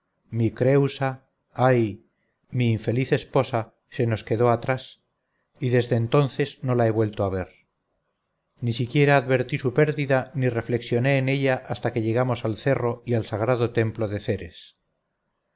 mi creúsa ay mi infeliz esposa se nos quedó atrás y desde entonces no la he vuelto a ver ni siquiera advertí su pérdida ni reflexioné en ella hasta que llegamos al cerro y al sagrado templo de ceres